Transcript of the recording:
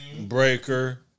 Breaker